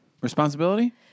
Responsibility